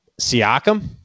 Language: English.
Siakam